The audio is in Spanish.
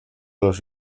los